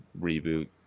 reboot